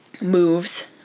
moves